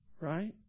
Right